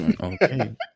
Okay